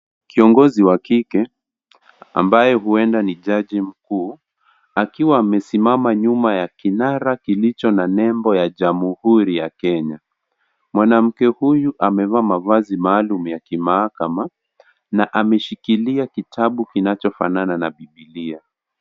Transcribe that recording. Kiongozi wakike ambaye huenda ni jaji mkuu akiwa amesimama nyuma ya kinara kilicho na nembo ya jamuhuri ya Kenya . Mwanamke huyu amevaa mavazi maalum ya kimahakama ameshikilia kitabu kinacho fanana na bibilia.